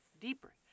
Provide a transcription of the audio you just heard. deeper